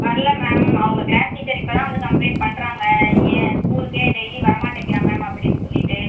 வர்லை மேம் அவங்க class teacher இப்போதான் வந்து கம்ப்ளைண்ட் பண்ணுறாங்க ஏன் ஸ்கூலுக்கே டெய்லி வரமாட்டேங்கிறான் மேம் அப்படினு சொல்லிவிட்டு